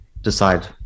decide